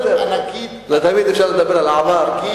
בסדר, אבל תמיד אפשר לדבר על העבר.